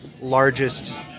largest